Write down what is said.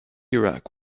iraq